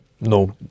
no